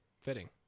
Fitting